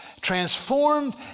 transformed